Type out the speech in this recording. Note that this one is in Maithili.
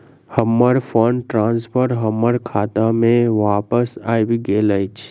हमर फंड ट्रांसफर हमर खाता मे बापस आबि गइल अछि